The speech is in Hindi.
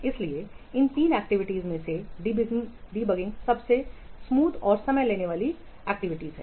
इसलिए इन 3 परीक्षण गतिविधियों में से डिबगिंग सबसे अधिक स्मूथ और समय लेने वाली गतिविधि है